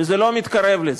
וזה לא מתקרב לזה,